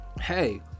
hey